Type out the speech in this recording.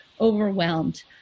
overwhelmed